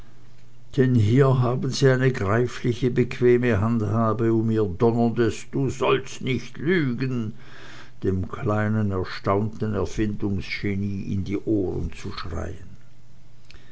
denn hier haben sie eine greifliche bequeme handhabe um ihr donnerndes du sollst nicht lügen dem kleinen erstaunten erfindungsgenie in die ohren zu schreien